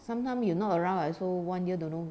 sometime you not around I also one year don't know